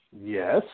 Yes